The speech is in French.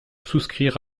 souscrire